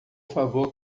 favor